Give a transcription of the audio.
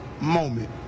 moment